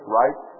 right